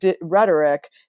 rhetoric